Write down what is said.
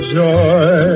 joy